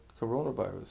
coronavirus